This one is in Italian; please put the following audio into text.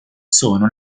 sono